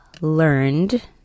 learned